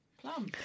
Plum